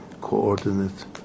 coordinate